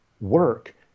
work